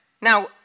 Now